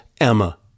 Emma